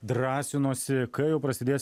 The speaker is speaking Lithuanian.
drąsinosi kai jau prasidės